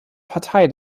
partei